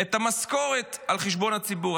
את המשכורת על חשבון הציבור.